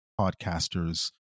podcasters